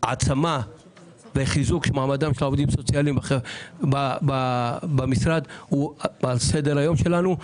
העצמה וחיזוק מעמדם של העובדים הסוציאליים במשרד הוא על סדר היום שלנו.